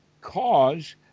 cause